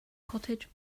cottage